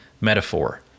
metaphor